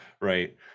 right